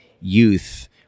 youth